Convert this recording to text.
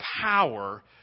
power